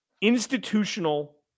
institutional